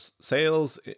sales